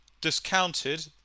discounted